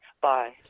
bye